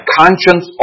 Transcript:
conscience